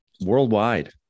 worldwide